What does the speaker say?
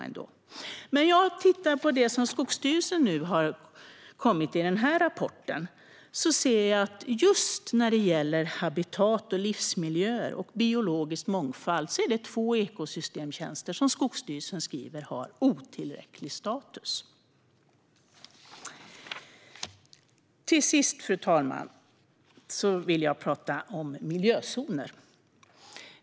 När jag tittar på det som Skogsstyrelsen har kommit med i denna rapport ser jag att just habitat och livsmiljöer och biologisk mångfald är två ekosystemtjänster som Skogsstyrelsen skriver har statusen otillräcklig. Till sist, fru talman, vill jag tala om miljözoner.